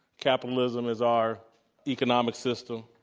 capitalism is our economic system.